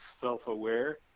self-aware